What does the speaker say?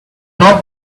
not